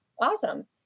Awesome